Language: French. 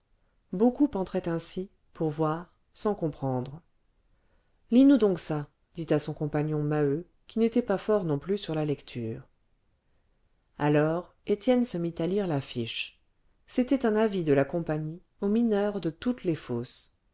beaucoup entraient ainsi pour voir sans comprendre lis nous donc ça dit à son compagnon maheu qui n'était pas fort non plus sur la lecture alors étienne se mit à lire l'affiche c'était un avis de la compagnie aux mineurs de toutes les fosses